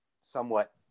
somewhat